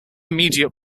immediate